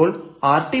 അപ്പോൾ rt